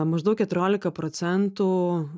maždaug keturiolika procentų